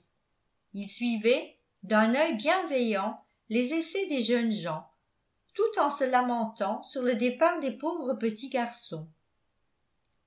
il suivait d'un œil bienveillant les essais des jeunes gens tout en se lamentant sur le départ des pauvres petits garçons